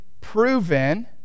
proven